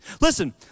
Listen